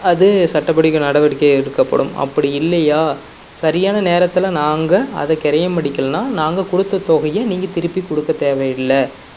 அது சட்டப்படி நடவடிக்கை எடுக்கப்படும் அப்படி இல்லையா சரியான நேரத்தில் நாங்கள் அதை கெரயம் பண்ணிக்கிலனா நாங்கள் கொடுத்த தொகையை நீங்கள் திருப்பி கொடுக்க தேவையில்லை